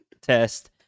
test